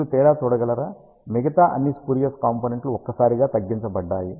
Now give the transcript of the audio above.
మీరు తేడా చూడగలరా మిగతా అన్ని స్పూరియస్ కాంపోనెంట్లు ఒక్కసారిగా తగ్గించబడ్డాయి